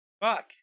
Fuck